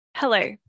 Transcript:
Hello